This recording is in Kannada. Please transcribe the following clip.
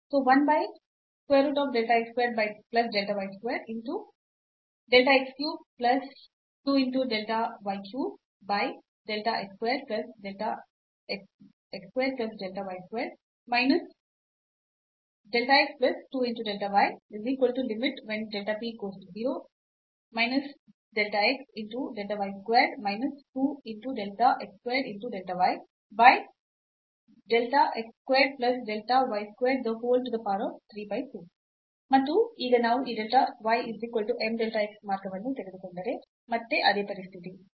ಮತ್ತು ಮೈನಸ್ delta x ಮತ್ತು delta y square ಮತ್ತು ಈ delta x square plus delta y square ಜೊತೆಗೆ ನೀವು ಈ ಪವರ್ 3 ಬೈ 2 ಅನ್ನು ಪಡೆಯುತ್ತೀರಿ ಮತ್ತು ಈಗ ನಾವು ಈ delta y m delta x ಮಾರ್ಗವನ್ನು ತೆಗೆದುಕೊಂಡರೆ ಮತ್ತೆ ಅದೇ ಪರಿಸ್ಥಿತಿ